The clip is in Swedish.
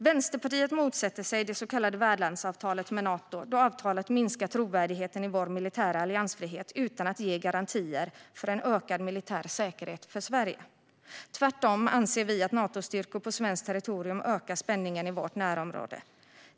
Vänsterpartiet motsätter sig det så kallade värdlandsavtalet med Nato eftersom avtalet minskar trovärdigheten i vår militära alliansfrihet utan att ge garantier för en ökad militär säkerhet för Sverige. Tvärtom anser Vänsterpartiet att Natostyrkor på svenskt territorium ökar spänningen i vårt närområde.